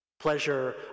Pleasure